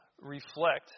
reflect